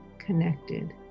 Connected